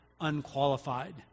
unqualified